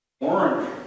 Orange